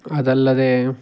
ಅದಲ್ಲದೇ